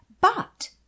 But